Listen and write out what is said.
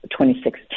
2016